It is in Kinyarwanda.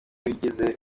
wigize